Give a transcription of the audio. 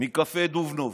מקפה דובנוב.